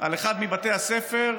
על אחד מבתי הספר,